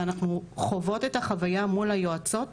ואנחנו חוות את החוויה מול היועצות,